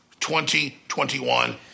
2021